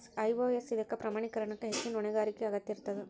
IOS ಇದಕ್ಕ ಪ್ರಮಾಣೇಕರಣಕ್ಕ ಹೆಚ್ಚಿನ್ ಹೊಣೆಗಾರಿಕೆಯ ಅಗತ್ಯ ಇರ್ತದ